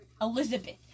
Elizabeth